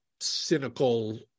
cynical